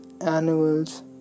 animals